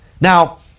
Now